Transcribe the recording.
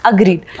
Agreed।